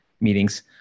meetings